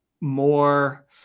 more